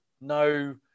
no